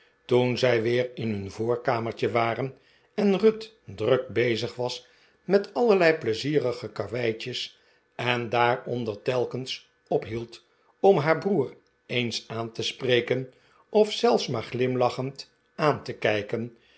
tbeh zij weer in hun voorkamertje waren en ruth druk bezig was met allerlei pleizierige karweitjes en daaronder telkens ophield dm haar broer eens aan te spreken of zelfs maar glimlachend aan te kijken